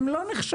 הם לא נחשבים.